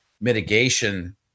mitigation